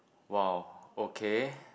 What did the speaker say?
!wah! okay